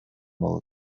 болот